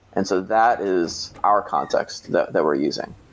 and so that is our context that that we're using.